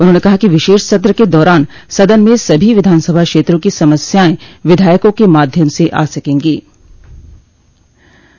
उन्होंने कहा कि विशेष सत्र के दौरान सदन में सभी विधानसभा क्षेत्रों की समस्याएं विधायकों के माध्यम से आ सकेंगे